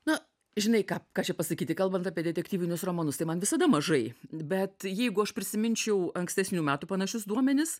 na žinai ką ką čia pasakyti kalbant apie detektyvinius romanus tai man visada mažai bet jeigu aš prisiminčiau ankstesnių metų panašius duomenis